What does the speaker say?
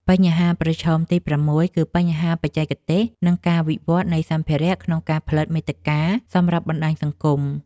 បញ្ហាប្រឈមទី៦ គឺបញ្ហាបច្ចេកទេស និងការវិវត្តនៃសម្ភារៈក្នុងការផលិតមាតិកាសម្រាប់បណ្ដាញសង្គម។